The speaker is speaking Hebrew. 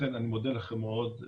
לכן אני מודה לכם מאוד,